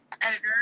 editor